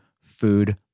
food